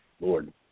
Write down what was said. Lord